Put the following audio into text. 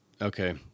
okay